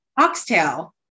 Oxtail